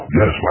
yes